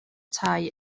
tai